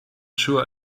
sure